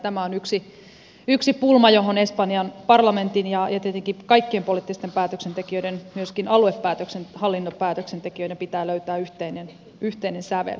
tämä on yksi pulma johon espanjan parlamentin ja tietenkin kaikkien poliittisten päätöksentekijöiden myöskin aluehallintopäätösten tekijöiden pitää löytää yhteinen sävel